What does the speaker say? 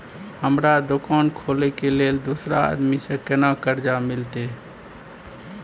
हमरा दुकान खोले के लेल दूसरा आदमी से केना कर्जा मिलते?